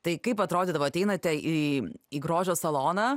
tai kaip atrodydavo ateinate į į grožio saloną